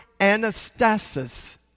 anastasis